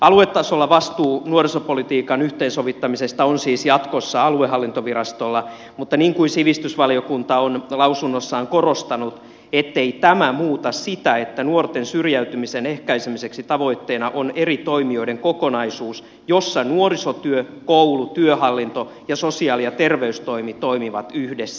aluetasolla vastuu nuorisopolitiikan yhteensovittamisesta on siis jatkossa aluehallintovirastolla mutta niin kuin sivistysvaliokunta on lausunnossaan korostanut ei tämä muuta sitä että nuorten syrjäytymisen ehkäisemiseksi tavoitteena on eri toimijoiden kokonaisuus jossa nuorisotyö koulu työhallinto ja sosiaali ja terveystoimi toimivat yhdessä